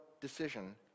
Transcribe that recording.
decision